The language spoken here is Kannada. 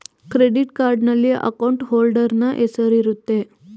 ಕ್ರೆಡಿಟ್ ಕಾರ್ಡ್ನಲ್ಲಿ ಅಕೌಂಟ್ ಹೋಲ್ಡರ್ ನ ಹೆಸರಿರುತ್ತೆ